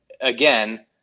again